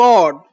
God